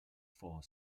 for